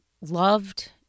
loved